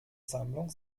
sammlung